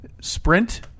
sprint